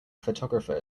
photographer